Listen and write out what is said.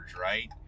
right